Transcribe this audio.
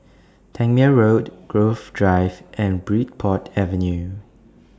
Tangmere Road Grove Drive and Bridport Avenue